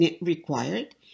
required